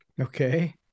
Okay